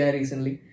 recently